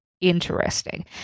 Interesting